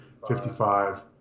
55